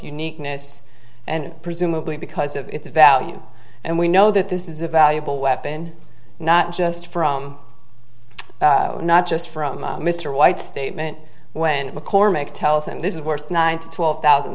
uniqueness and presumably because of its value and we know that this is a valuable weapon not just from not just from mr white's statement when mccormick tells and this is worth nine to twelve thousand